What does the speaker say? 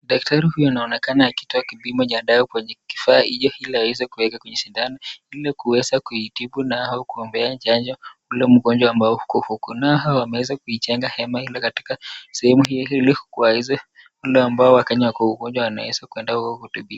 Daktari huyu anaonekana akitoa kipimo ya dawa kwenye kifaa hiyo ili aweze kuweka kwenye shindano ili kuweza kuitubu nayo au kupea chanjo ule mgonjwa ambao uko huku, na hawa wameweza kuijenga hema ili katika sehemu hii ili waeze... wale ambao wakenya wako wagonjwa wanaeza kuenda huku kutibiwa.